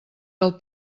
del